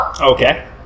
Okay